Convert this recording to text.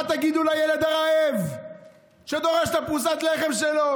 מה תגידו לילד הרעב שדורש את פרוסת הלחם שלו?